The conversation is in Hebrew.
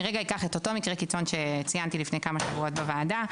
אני רגע אקח את אותו מקרה קיצון שציינתי לפני כמה שבועות בוועדה: